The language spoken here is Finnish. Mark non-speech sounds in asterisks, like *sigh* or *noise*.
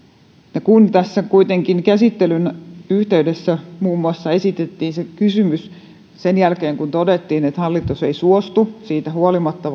kun tässä kuitenkin käsittelyn yhteydessä muun muassa esitettiin se kysymys sen jälkeen kun todettiin että hallitus ei suostu siitä huolimatta *unintelligible*